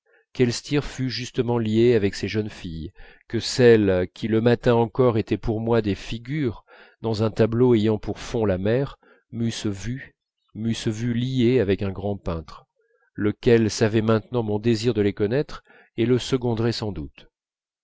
qu'elstir fût justement lié avec ces jeunes filles que celles qui le matin encore étaient pour moi des figures dans un tableau ayant pour fond la mer m'eussent vu m'eussent vu lié avec un grand peintre lequel savait maintenant mon désir de les connaître et le seconderait sans doute